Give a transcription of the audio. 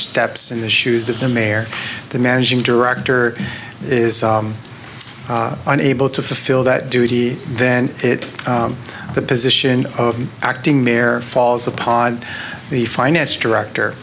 steps in the shoes of the mayor the managing director is unable to fulfil that duty then it the position of acting mayor falls upon the finance director